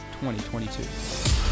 2022